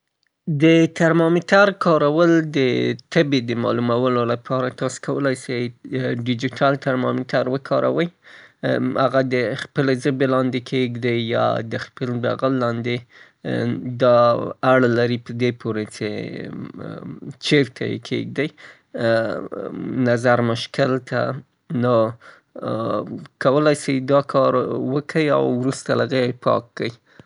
د ترمایمتر کارول ستاسې مشکل پورې اړه لري. تاسې کولای سئ ترمامیتر مختلفو شکلو باندې وکاروئ. کولای سئ تر زبې لاندې ونیسئ، یایې هم په بغل کې ونیسئ نظر خپل مشکل ته او یا هم کولای سئ په مقعد کې یې ونیسئ. د دریو نه تر پنځو دقو پورې انتظار وکئ او وروسته له هغه نه تاسې کولای سئ څې د هغه د حرارت درجه ولولئ.